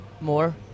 more